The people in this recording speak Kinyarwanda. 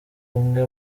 umwe